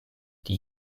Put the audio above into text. die